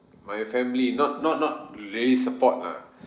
my family not not not really support lah